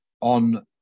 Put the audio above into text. on